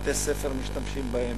בתי-ספר משתמשים בהן.